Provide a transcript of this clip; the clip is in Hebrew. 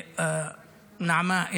נעמה,